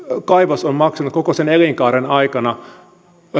kaivos on maksanut koko sen elinkaaren aikana